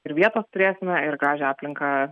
ir vietos turėsime ir gražią aplinką